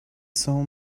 saw